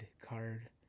card